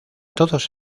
todos